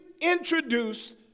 introduce